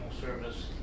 service